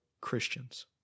Christians